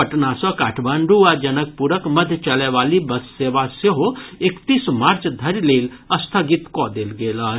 पटना सँ काठमांडू आ जनकपुरक मध्य चलय वाली बस सेवा सेहो एकतीस मार्च धरिक लेल स्थगित कऽ देल गेल अछि